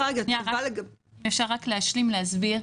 רוצה להסביר,